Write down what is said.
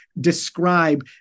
describe